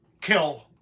Kill